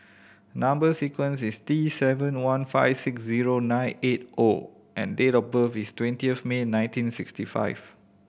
number sequence is T seven one five six zero nine eight O and date of birth is twenty of May nineteen sixty five